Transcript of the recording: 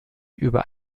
über